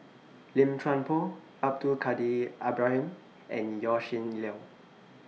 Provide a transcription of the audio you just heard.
Lim Chuan Poh Abdul Kadir Ibrahim and Yaw Shin Leong